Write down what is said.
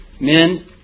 Men